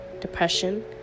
depression